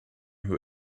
who